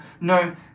no